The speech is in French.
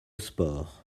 sport